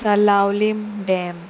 Salaulim dam